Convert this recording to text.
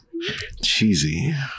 Cheesy